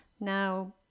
Now